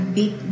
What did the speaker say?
big